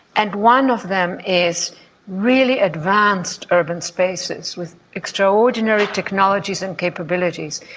and one of them is really advanced urban spaces with extraordinary technologies and capabilities.